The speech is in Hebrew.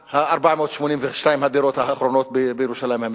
482 הדירות האחרונות בירושלים המזרחית.